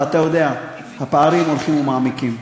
ואתה יודע, הפערים הולכים ומעמיקים.